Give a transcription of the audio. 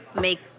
make